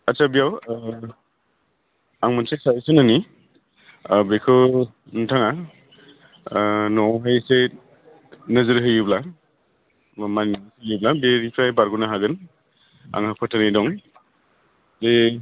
आच्चा बेयाव आं मोनसे साजेसन होनि बेखौ नोंथाङा न'आवहाय इसे नोजोर होयोब्ला मानियोब्ला बेनिफ्राय बारग'नो हागोन आंहा फोथायनाय दं बे